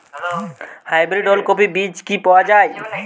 Hybrid ওলকফি বীজ কি পাওয়া য়ায়?